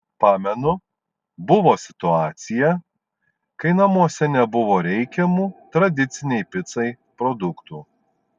pamenu buvo situacija kai namuose nebuvo reikiamų tradicinei picai produktų